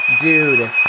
dude